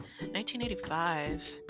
1985